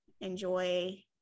enjoy